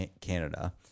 canada